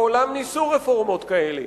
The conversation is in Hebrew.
בעולם ניסו רפורמות כאלה,